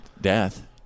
death